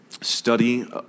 Study